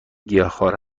گیاهخوار